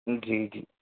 جی جی